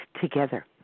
together